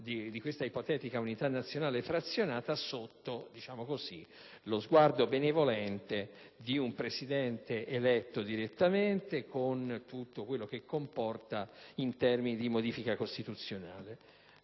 di questa ipotetica unità nazionale frazionata sotto lo sguardo benevolente di un Presidente eletto direttamente, con tutto quello che comporta in termini di modifica costituzionale.